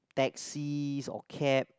taxis or cab